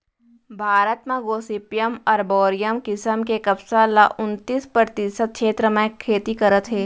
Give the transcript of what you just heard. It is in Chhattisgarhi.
भारत म गोसिपीयम एरबॉरियम किसम के कपसा ल उन्तीस परतिसत छेत्र म खेती करत हें